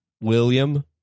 William